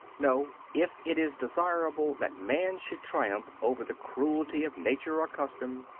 no, if it is desirable that man should triumph over the cruelty of nature or custom,